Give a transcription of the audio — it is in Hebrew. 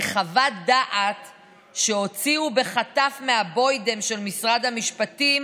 לחוות דעת שהוציאו בחטף מהבוידעם של משרד המשפטים